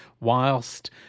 whilst